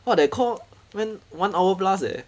!wah! that call I mean one hour plus leh